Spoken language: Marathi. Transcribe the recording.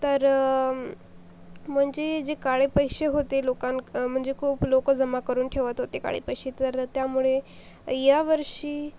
तर म्हणजे जे काळे पैसे होते लोकांक म्हणजे खूप लोकं जमा करून ठेवत होते काळे पैसे तर त्यामुळे यावर्षी